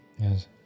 Yes